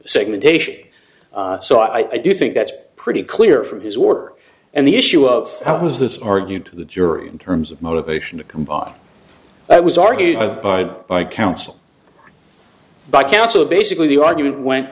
segmentation so i do think that's pretty clear from his work and the issue of how it was this argued to the jury in terms of motivation to combine that was argued by by counsel by counsel basically the argument wen